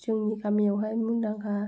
जोंनि गामिआवहाय मुंदांखा